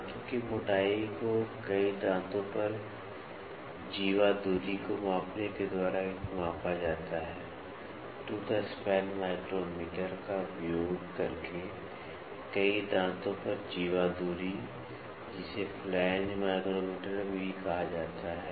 दांतों की मोटाई को कई दांतों पर जीवा दूरी को मापने के द्वारा मापा जाता है टूथ स्पैन माइक्रोमीटर का उपयोग करके कई दांतों पर जीवा दूरी जिसे फ्लैंज माइक्रोमीटर भी कहा जाता है